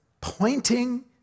pointing